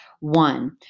One